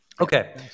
Okay